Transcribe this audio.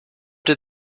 did